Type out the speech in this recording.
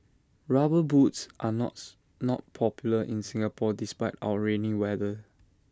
rubber boots are not popular in Singapore despite our rainy weather